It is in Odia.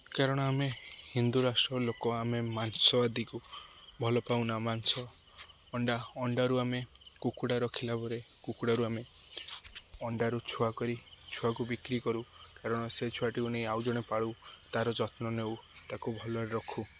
କାରଣ ଆମେ ହିନ୍ଦୁ ରାଷ୍ଟ୍ର ଲୋକ ଆମେ ମାଂସ ଆଦିକୁ ଭଲପାଉନା ମାଂସ ଅଣ୍ଡା ଅଣ୍ଡାରୁ ଆମେ କୁକୁଡ଼ା ରଖିଲା ପରେ କୁକୁଡ଼ାରୁ ଆମେ ଅଣ୍ଡାରୁ ଛୁଆ କରି ଛୁଆକୁ ବିକ୍ରି କରୁ କାରଣ ସେ ଛୁଆଟିକୁ ନେଇ ଆଉ ଜଣେ ପାଳୁ ତା'ର ଯତ୍ନ ନେଉ ତାକୁ ଭଲରେ ରଖୁ